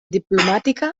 diplomàtica